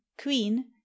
queen